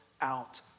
out